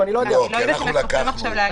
--- מהמשטרה.